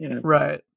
Right